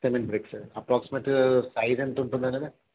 cement బ్రిక్సే అప్రాక్సిమేట్గా size ఎంతు ఉంటుంది అండి అది